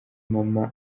mama